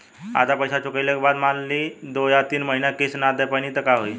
आधा पईसा चुकइला के बाद मान ली दो या तीन महिना किश्त ना दे पैनी त का होई?